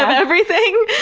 um everything,